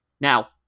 Now